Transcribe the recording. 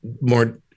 more